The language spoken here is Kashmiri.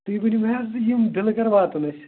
تُہۍ ؤنِو مےٚ حظ یِم بِلہٕ کرٕ واتُن اَسہِ